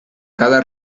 cada